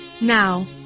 Now